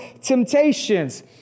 temptations